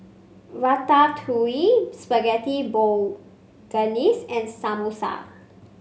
Ratatouille Spaghetti Bolognese and Samosa